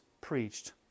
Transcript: preached